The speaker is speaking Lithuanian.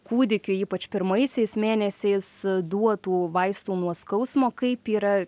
kūdikiui ypač pirmaisiais mėnesiais duotų vaistų nuo skausmo kaip yra